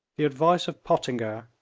the advice of pottinger,